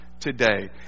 today